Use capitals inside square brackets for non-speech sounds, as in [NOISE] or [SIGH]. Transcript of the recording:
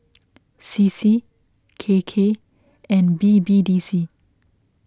[NOISE] C C K K and B B D C